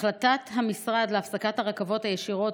החלטת המשרד להפסיק את הרכבות הישירות